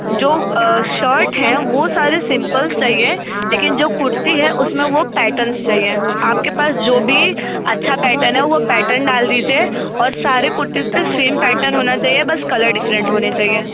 जो शर्ट हैं वो सारे सिम्पल चाहिए लेकिन जो कुर्ती है उसमें वो पैटर्न चाहिए आपके पास जो भी अच्छा पैटर्न है वो पैटर्न डाल दीजिए और सारे कुर्तीज़ पर सेम पैटर्न होना चाहिए बस कलर डिफरेंट होना चाहिए